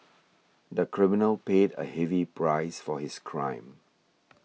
the criminal paid a heavy price for his crime